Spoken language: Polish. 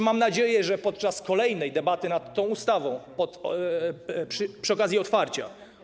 Mam nadzieję, że podczas kolejnej debaty nad tą ustawą, przy okazji jej otwarcia.